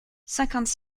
cinquante